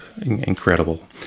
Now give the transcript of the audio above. incredible